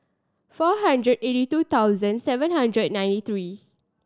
four hundred eighty two thousand seven hundred ninety three